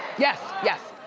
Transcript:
yes, yes,